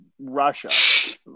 Russia